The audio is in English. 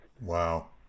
Wow